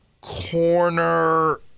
corner